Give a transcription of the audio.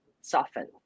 soften